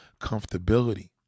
comfortability